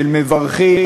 של מברכים,